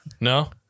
No